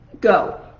go